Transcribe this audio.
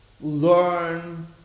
learn